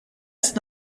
ist